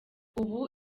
ubu